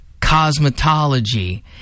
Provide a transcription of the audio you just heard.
cosmetology